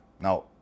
now